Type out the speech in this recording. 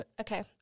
Okay